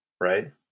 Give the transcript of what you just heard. right